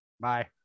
Bye